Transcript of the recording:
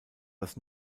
das